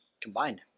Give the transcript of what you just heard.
Combined